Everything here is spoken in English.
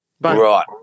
Right